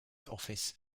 office